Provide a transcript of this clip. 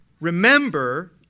Remember